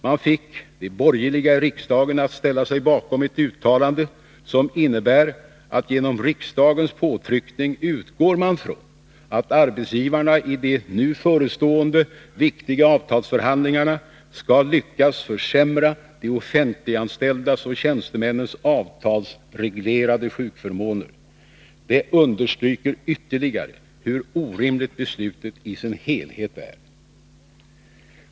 Man fick de borgerliga i riksdagen att ställa sig bakom ett uttalande, som innebär att genom riksdagens påtryckning utgår man från att arbetsgivarna i de nu förestående viktiga avtalsförhandlingarna skall lyckas försämra de offentliganställdas och tjänstemännens avtalsreglerade sjukförmåner. Det understryker ytterligare hur orimligt beslutet i sin helhet är.